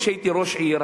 כשהייתי ראש עיר,